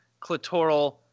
clitoral